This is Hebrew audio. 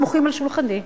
סמוכים על שולחני.